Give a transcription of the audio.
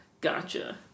Gotcha